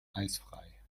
eisfrei